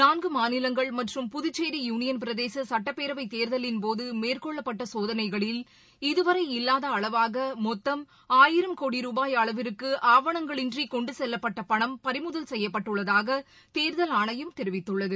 நான்கு மாநிலங்கள் மற்றும் புதுச்சேரி யூனியன் பிரதேச சட்டப்பேரவை தேர்தலின் போது மேற்கொள்ளப்பட்ட சோதனைகளில் இதுவரை இல்லாத வகையில் மொத்தம் ஆயிரம் கோடி ரூபாய் அளவிற்கு ஆவணங்களின்றி கொண்டு செல்லப்பட்ட பணம் பறிமுதல் செய்யப்பட்டுள்ளதாக தேர்தல் ஆணையம் தெரிவித்துள்ளது